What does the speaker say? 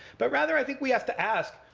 but rather, i think we have to ask,